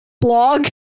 blog